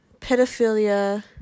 pedophilia